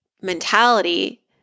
mentality